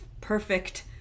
perfect